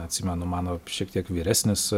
atsimenu mano šiek tiek vyresnis